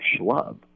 schlub